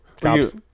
cops